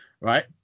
right